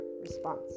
response